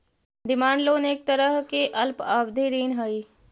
demand loan एक तरह के अल्पावधि ऋण हइ